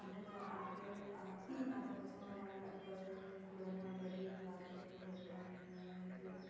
ᱚᱸᱰᱮ ᱫᱚ ᱟᱰᱮ ᱯᱟᱥᱮ ᱦᱚᱲᱢᱟ ᱢᱮᱱᱟᱜ ᱠᱚᱣᱟ ᱥᱟᱺᱜᱤᱧ ᱠᱚᱨᱮᱱ ᱦᱚᱲ ᱜᱟᱹᱰᱤ ᱵᱷᱟᱲᱟ ᱠᱟᱛᱮᱫ ᱠᱚ ᱦᱤᱡᱩᱜᱼᱟ ᱱᱤᱭᱟᱹ